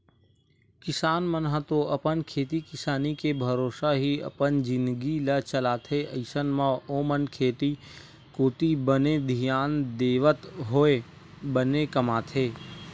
किसान मन ह तो अपन खेती किसानी के भरोसा ही अपन जिनगी ल चलाथे अइसन म ओमन खेती कोती बने धियान देवत होय बने कमाथे